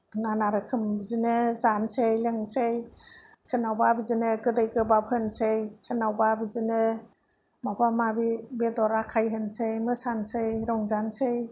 बायदि रोखोम बिदिनो जानसै लोंसै सोरनावबा बिदिनो गोदै गोगाब होनसै सोरनावबा बिदिनो माबा माबि बेदर आखाय होनसै मोसानसै रंजानसै